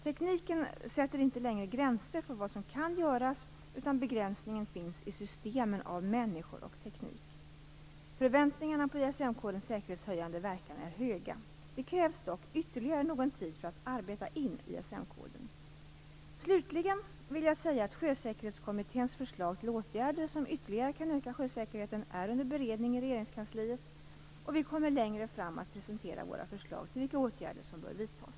Tekniken sätter inte längre gränser för vad som kan göras, utan begränsningen finns i systemen av människor och teknik. Förväntningarna på ISM-kodens säkerhetshöjande verkan är höga. Det krävs dock ytterligare någon tid för att arbeta in ISM-koden. Slutligen vill jag säga att Sjösäkerhetskommitténs förslag till åtgärder som ytterligare kan öka sjösäkerheten är under beredning i Regeringskansliet, och vi kommer längre fram att presentera våra förslag till vilka åtgärder som bör vidtas.